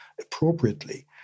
appropriately